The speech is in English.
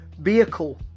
vehicle